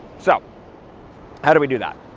so how do we do that?